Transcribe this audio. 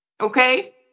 Okay